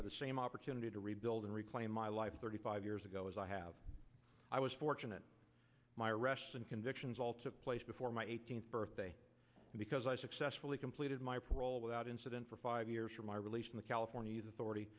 have the same opportunity to rebuild and reclaim my life thirty five years ago as i have i was fortunate my arrests and convictions all took place before my eighteenth birthday because i successfully completed my parole without incident for five years for my relation the california youth a